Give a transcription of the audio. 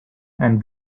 and